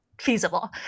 feasible